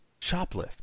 shoplift